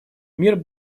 мир